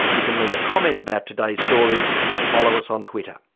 you can leave a comment about today's stories or follow us on twitter